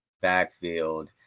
backfield